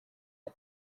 the